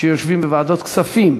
שיושבים בוועדת הכספים,